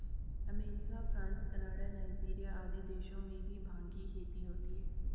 America, France, Canada, Nigeria आदि देशों में भी भाँग की खेती होती है